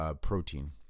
Protein